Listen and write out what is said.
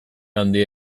handia